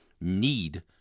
need